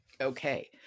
Okay